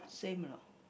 same or not